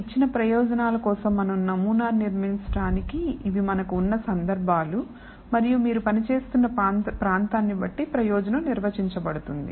ఇచ్చిన ప్రయోజనం కోసం మనం నమూనాను నిర్మించడానికి ఇవి మనకు ఉన్న సందర్భాలు మరియు మీరు పనిచేస్తున్న ప్రాంతాన్ని బట్టి ప్రయోజనం నిర్వచించబడుతుంది